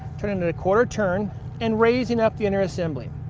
turning it a quarter turn and raising up the inner assembly.